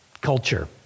culture